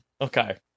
okay